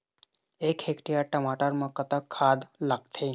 एक हेक्टेयर टमाटर म कतक खाद लागथे?